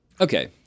Okay